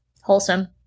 wholesome